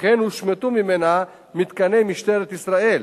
וכן הושמטו ממנה מתקני משטרת ישראל,